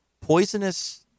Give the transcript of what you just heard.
poisonous